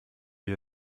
wir